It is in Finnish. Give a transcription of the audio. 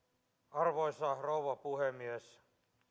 arvoisa rouva puhemies